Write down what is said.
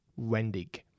Wendig